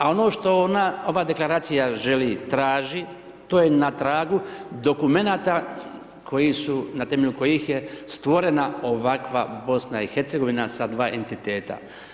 A ono što ova deklaracija želi, traži, to je na tragu dokumenata koji su na, temelju kojih je stvorena ovakva BIH, sa 2 entiteta.